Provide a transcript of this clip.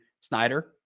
Snyder